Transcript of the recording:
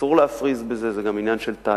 אסור להפריז בזה,